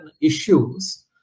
issues